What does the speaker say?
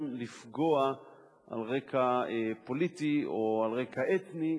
לפגוע על רקע פוליטי או על רקע אתני,